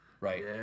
right